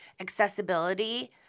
accessibility